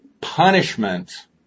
Punishment